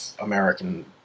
American